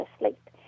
asleep